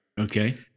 Okay